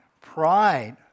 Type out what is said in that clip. pride